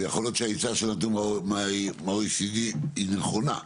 ויכול להיות שהעצה שנתנו מה-OECD היא נכונה.